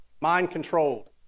Mind-controlled